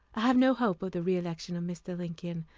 i have no hope of the re-election of mr. lincoln.